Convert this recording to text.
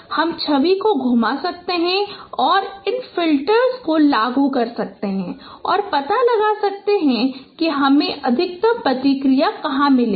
हम छवि को घुमा सकते हैं और फिर इन फ़िल्टर को लागू कर सकते हैं और पता लगा सकते हैं कि हमें अधिकतम प्रतिक्रिया कहाँ मिलती है